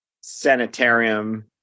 sanitarium